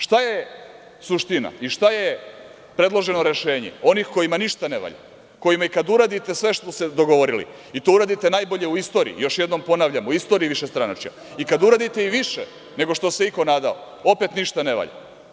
Šta je suština i šta je predloženo rešenje onih kojima ništa ne valja, kojima kada uradite sve što ste se dogovorili i to uradite najbolje u istoriji, još jednom ponavljam, u istoriji višestranačja, i kada uradite i više nego što se iko nadao, opet ništa ne valja.